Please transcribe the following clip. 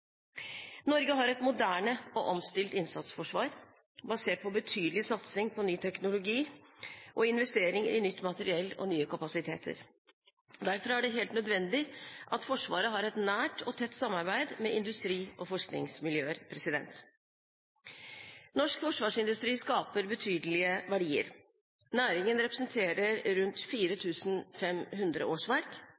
Norge har et moderne og omstilt innsatsforsvar basert på betydelig satsing på ny teknologi og investeringer i nytt materiell og nye kapasiteter. Derfor er det helt nødvendig at Forsvaret har et nært og tett samarbeid med industri og forskningsmiljøer. Norsk forsvarsindustri skaper betydelige verdier. Næringen representerer rundt